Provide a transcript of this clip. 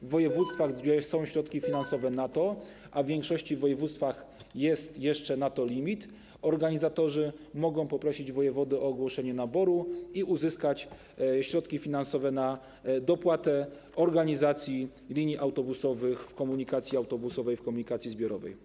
W województwach, gdzie są środki finansowe na to, a w większości województw jest jeszcze na to limit, organizatorzy mogą poprosić wojewodę o ogłoszenie naboru i uzyskać środki finansowe na dopłatę organizacji linii autobusowych w komunikacji autobusowej, w komunikacji zbiorowej.